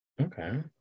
Okay